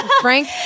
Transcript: Frank